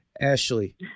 Ashley